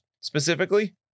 specifically